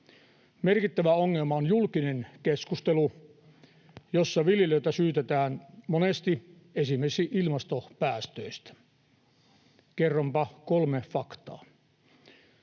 Merkittävä ongelma on julkinen keskustelu, jossa viljelijöitä syytetään monesti esimerkiksi ilmastopäästöistä. Kerronpa kolme faktaa: